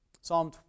Psalm